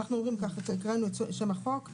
הקראנו את שם החוק.